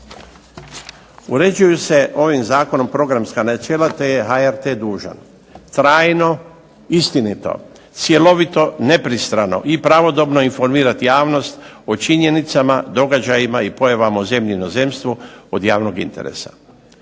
Uređuju se ovim zakonom programska načela, te je HRT dužan trajno, istinito, cjelovito, nepristrano i pravodobno informirati javnost o činjenicama, događajima i pojavama u zemlji i inozemstvu od javnog interesa,